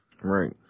Right